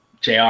Jr